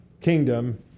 kingdom